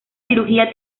cirugía